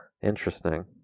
Interesting